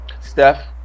Steph